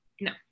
No